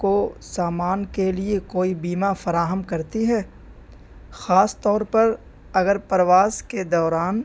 کو سامان کے لیے کوئی بیمہ فراہم کرتی ہے خاص طور پر اگر پرواز کے دوران